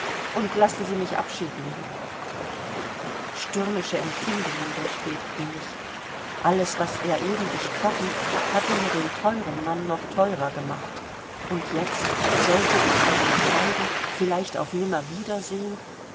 und lassen sie mich abschied nehmen stürmische empfindungen durchbebten mich alles was er eben gesprochen hatten mir den teuren mann noch teurer gemacht und jetzt sollte ich von ihm scheiden vielleicht auf